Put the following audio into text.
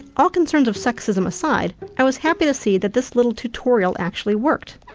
all concerns of sexism aside i was happy to see that this little tutorial actually worked.